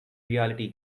reality